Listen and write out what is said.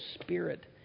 Spirit